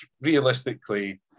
realistically